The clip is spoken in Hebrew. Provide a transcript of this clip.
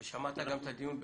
ושמעת גם את הדיון בפברואר.